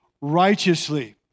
righteously